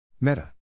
Meta